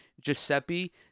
giuseppe